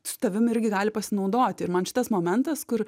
su tavim irgi gali pasinaudoti ir man šitas momentas kur